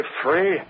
free